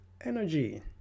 energy